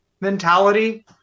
mentality